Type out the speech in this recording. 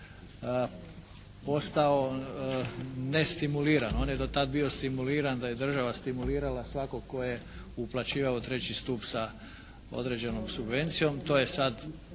postao nestimuliran. On je do tad bio stimuliran da je država stimulirala svakog tko je uplaćivao u treći stup sa određenom subvencijom. To je sad